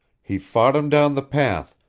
he fought him down the path,